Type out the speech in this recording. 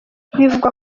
bivugwa